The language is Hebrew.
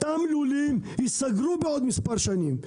אותם לולים ייסגרו בעוד מספר שנים,